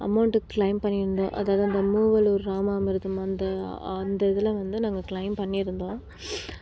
amount claim பண்ணியிருந்தோம் அதாவது அந்த மூவலூர் ராமாமிர்தம் அந்த அந்த இதில் வந்து நாங்கள் க்ளைம் பண்ணியிருந்தோம்